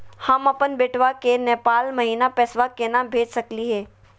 हम अपन बेटवा के नेपाल महिना पैसवा केना भेज सकली हे?